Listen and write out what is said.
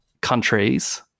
countries